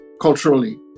culturally